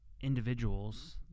individuals